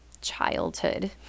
childhood